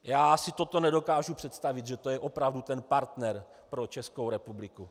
Já si toto nedokážu představit, že to je opravdu ten partner pro Českou republiku.